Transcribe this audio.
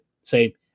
say